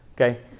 Okay